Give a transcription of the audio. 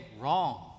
wrong